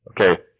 okay